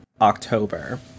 October